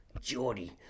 Geordie